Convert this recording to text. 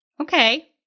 Okay